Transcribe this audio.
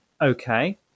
Okay